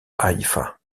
haïfa